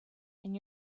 and